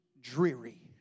dreary